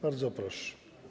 Bardzo proszę.